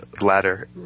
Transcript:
ladder